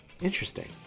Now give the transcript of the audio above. interesting